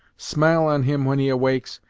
smile on him when he awakes,